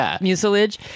Mucilage